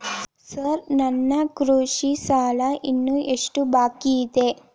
Sir ನನ್ನ ಕೃಷಿ ಸಾಲ ಇನ್ನು ಎಷ್ಟು ಬಾಕಿಯಿದೆ?